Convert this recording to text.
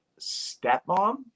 stepmom